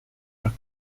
are